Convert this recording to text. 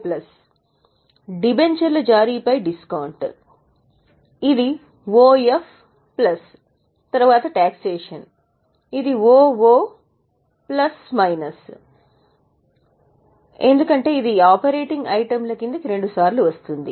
plus taxation OO యొక్క డిబెంచర్ల జారీపై డిస్కౌంట్ ఎందుకంటే ఇది ఆపరేటింగ్ ఐటెమ్ల కిందకు రెండుసార్లు వస్తుంది